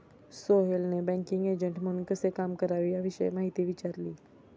सोहेलने banking agent म्हणून कसे काम करावे याविषयी माहिती विचारली